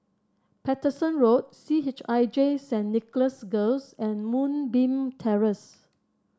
Paterson Road C H I J Saint Nicholas Girls and Moonbeam Terrace